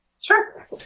sure